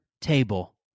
table